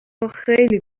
خیلی